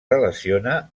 relaciona